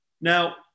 Now